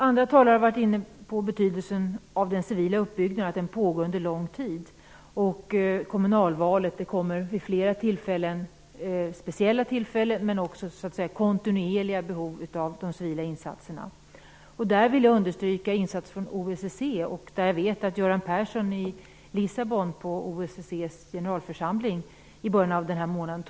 Andra talare har varit inne på betydelsen av den civila uppbyggnaden, av att den pågår under lång tid. Det kommer vid flera tillfällen, vid speciella tillfällen men också kontinuerligt, att finnas behov av civila insatser. På den punkten vill jag understryka vikten av insatser från OSSE. Jag vet att Göran Persson tog upp detta i OSSE:s generalförsamling i Lissabon i början på den här månaden.